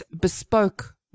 bespoke